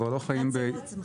שלום,